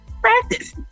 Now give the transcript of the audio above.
practice